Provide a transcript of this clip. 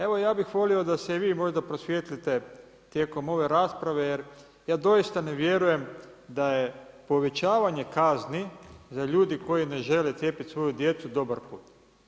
Evo, ja bih volio da se i vi možda prosvijetlite tijekom ove rasprave jer ja doista ne vjerujem da je povećavanje kazni za ljude koji ne žele cijepiti svoju djecu dobar put.